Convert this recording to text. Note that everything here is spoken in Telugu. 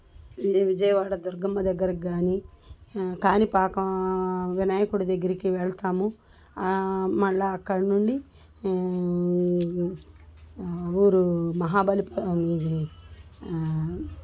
విజయవాడ దుర్గమ్మ దగ్గరికి కానీ కానిపాకం వినాయకుడి దగ్గిరికి వెళ్తాము మళ్ళీ అక్కడనుండి ఈ ఊరు మహాబలిపురం ఇది